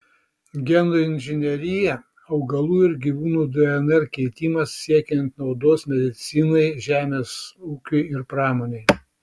genų inžinerija augalų ir gyvūnų dnr keitimas siekiant naudos medicinai žemės ūkiui ir pramonei